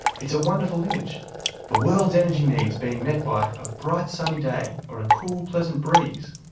it's a wonderful image the world's energy needs being met by a bright sunny day, or a cool pleasant breeze.